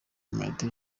martin